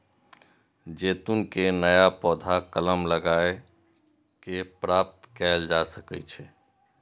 जैतून के नया पौधा कलम लगाए कें प्राप्त कैल जा सकै छै